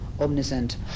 omniscient